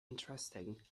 interesting